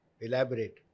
elaborate